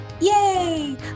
Yay